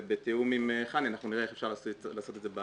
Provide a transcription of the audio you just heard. ובתיאום עם חני אנחנו נראה איך אפשר לעשות את זה.